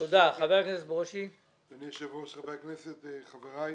אדוני היושב ראש, חברי הכנסת, חבריי.